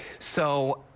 so